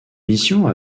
missions